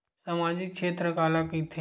सामजिक क्षेत्र काला कइथे?